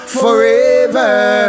forever